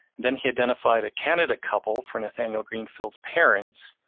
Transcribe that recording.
then he identified a candidate couple for nathaniel greenfield's parents,